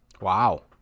Wow